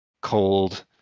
cold